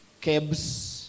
cabs